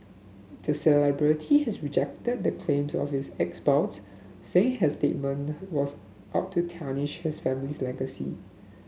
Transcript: the celebrity has rejected the claims of his ex spouse saying her statement was out to tarnish his family's legacy